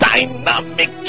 Dynamic